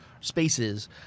spaces